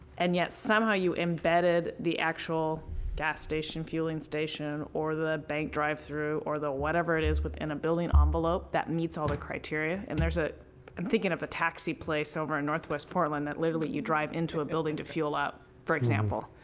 and yet somehow you embedded the actual gas station, fueling station or the bank drive through or the whatever it is with a building envelope that meets all the criteria, and ah i'm thinking of a taxi place over in northwest portland that literally you drive into a building to fuel up, for example.